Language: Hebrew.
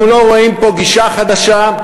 אנחנו לא רואים פה גישה חדשה,